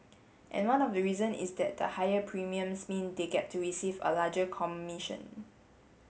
and one of the reason is that the higher premiums mean they get to receive a larger commission